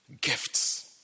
gifts